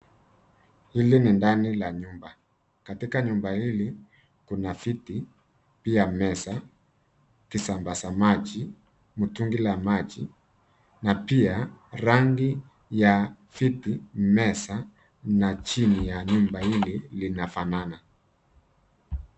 Hili ni ndani la nyumba. Katika nyumba hili kuna viti, pia meza, kisambaza maji, mtungi la maji na pia rangi ya viti, meza na chini ya nyumba hili linafanana.